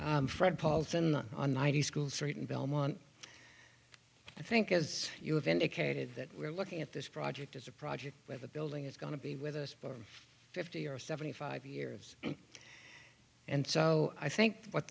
tonight on ninety schools certain belmont i think as you have indicated that we are looking at this project as a project where the building is going to be with us for fifty or seventy five years and so i think what